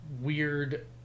weird